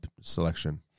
selection